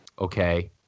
Okay